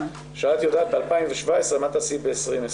שאת יודעת ב-2017 מה תעשי ב-2020,